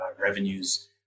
revenues